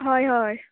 होय होय